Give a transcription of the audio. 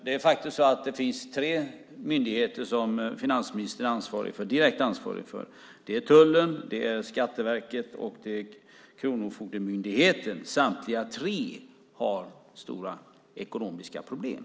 Det är faktiskt så att det finns tre myndigheter som finansministern är direkt ansvarig för. Det är tullen, Skatteverket och Kronofogdemyndigheten. Samtliga tre har stora ekonomiska problem.